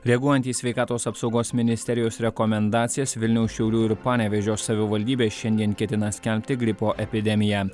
reaguojant į sveikatos apsaugos ministerijos rekomendacijas vilniaus šiaulių ir panevėžio savivaldybė šiandien ketina skelbti gripo epidemiją